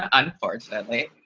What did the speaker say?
ah unfortunately.